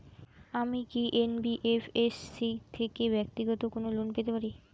আমি কি এন.বি.এফ.এস.সি থেকে ব্যাক্তিগত কোনো লোন পেতে পারি?